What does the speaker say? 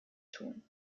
tun